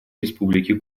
республики